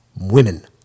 women